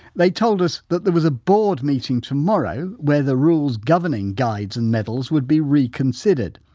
they told us that there was a board meeting tomorrow, where the rules governing guides and medals would be reconsidered.